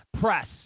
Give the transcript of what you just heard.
press